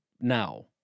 now